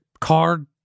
card